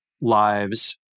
lives